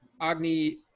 Agni